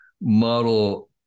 model